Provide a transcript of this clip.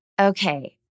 Okay